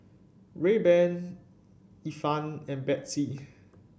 Rayban Ifan and Betsy